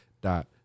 Dot